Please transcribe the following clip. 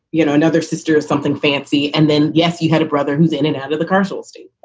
you know, another sister, something fancy. and then, yes, you had a brother who's in and out of the castle state.